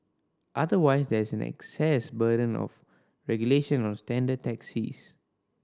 otherwise there is an access burden of regulation on standard taxis